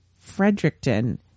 Fredericton